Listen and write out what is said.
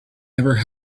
never